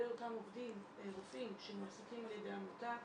אותם רופאים שמועסקים על ידי העמותה,